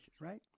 right